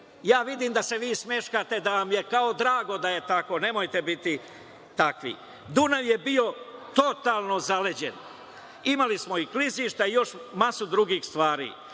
Vidim da se vi smeškate, da vam je kao drago da je tako. Nemojte biti takvi. Dunav je bio totalno zaleđen, imali smo klizišta i još masu drugih stvari.